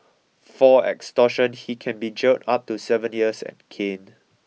for extortion he can be jailed up to seven years and caned